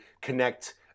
connect